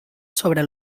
sobre